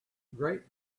great